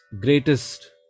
greatest